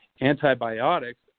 Antibiotics